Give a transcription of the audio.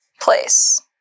place